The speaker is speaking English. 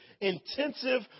intensive